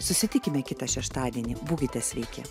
susitikime kitą šeštadienį būkite sveiki